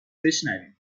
بشنویم